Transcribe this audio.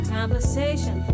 Conversation